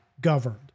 governed